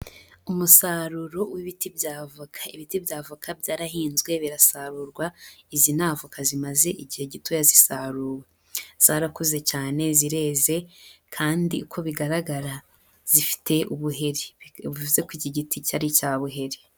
Umusaruro w'ibiti bya avoka. Ibiti bya avoka byarahinze birasarurwa, izi navoka zimaze igihe gitoya zisaruwe, zarakuze cyane zireze kandi uko bigaragara, zifite ubuheri. Bivuze ko iki giti cyari cya buhiri.